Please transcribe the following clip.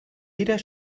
jeder